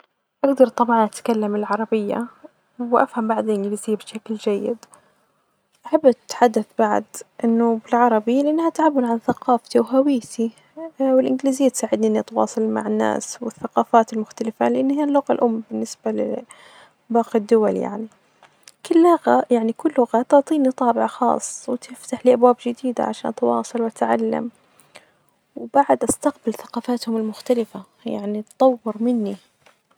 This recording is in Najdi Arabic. أجدر طبعا أتكلم العربية وأفهم بعدين الي بيصير بشكل جيد ،أحب أتحدث بعد بالعربي لأنها تعبير عن ثقافتي وهويتي، والإنجليزية تساعدني إني أتواصل مع الناس ،والثقافات المختلفة لإن هيا اللغة الأم بالنسبة لباقي الدول يعني، كل لغة يعني كل لغة تعطيني طابع خاص وتفتح لي أبواب جديدة عشان أتواصل وأتعلم وبعد أستقبل ثقافاتهم المختلفة يعني تتطور مني.